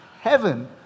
heaven